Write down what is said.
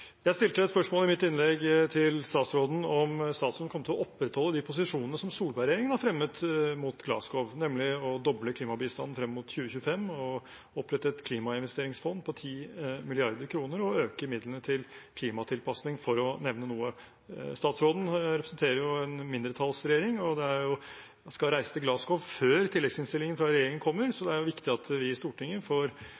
Jeg stilte i mitt innlegg et spørsmål til statsråden om statsråden kom til å opprettholde de posisjonene som Solberg-regjeringen har fremmet mot Glasgow, nemlig å doble klimabistanden frem mot 2025, opprette et klimainvesteringsfond på 10 mrd. kr og øke midlene til klimatilpasning, for å nevne noe. Statsråden representerer jo en mindretallsregjering, og han skal reise til Glasgow før tilleggsproposisjonen fra regjeringen kommer, så